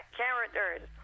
characters